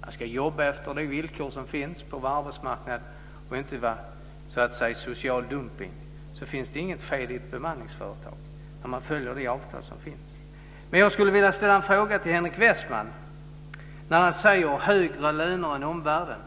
Man ska jobba efter de villkor som finns på arbetsmarknaden och inte utsättas för social dumpning. Det är inget fel på bemanningsföretag om de avtal som finns följs. Jag vill ställa några frågor till Henrik Westman. Han talar om högre löner än omvärlden.